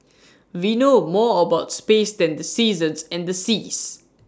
we know more about spaces than the seasons and the seas